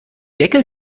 deckel